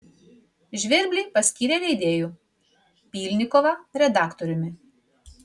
žvirblį paskyrė leidėju pylnikovą redaktoriumi